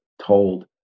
told